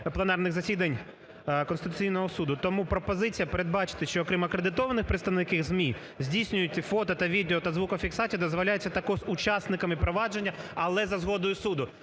пленарних засідань Конституційного Суду. Тому пропозиція передбачити, що окрім акредитованих представників ЗМІ, здійснювати фото та відео, та звукофіксацію дозволяється також учасниками провадження, але за згодою суду.